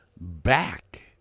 back